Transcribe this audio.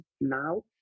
now